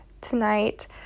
tonight